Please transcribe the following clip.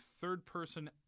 third-person